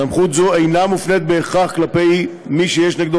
סמכות זו אינה מופנית בהכרח כלפי מי שיש נגדו